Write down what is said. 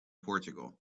portugal